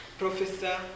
professor